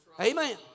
Amen